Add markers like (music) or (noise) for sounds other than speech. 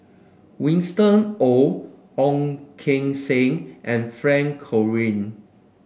Winston Oh Ong Keng Sen and Frank (unintelligible)